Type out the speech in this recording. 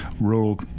rural